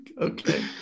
Okay